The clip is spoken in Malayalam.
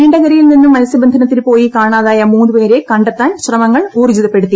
നീണ്ടകരയിൽ നിന്നും മത്സ്യബന്ധനത്തിന് പോയി കാണാതായ മൂന്ന് പേരെ കണ്ടെത്താൻ ശ്രമങ്ങൾ ഊർജ്ജിതപ്പെടുത്തി